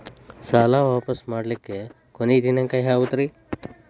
ಸಾಲಾ ವಾಪಸ್ ಮಾಡ್ಲಿಕ್ಕೆ ಕೊನಿ ದಿನಾಂಕ ಯಾವುದ್ರಿ?